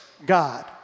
God